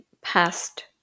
past